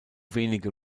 wenige